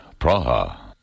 Praha